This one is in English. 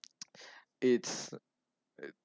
it's it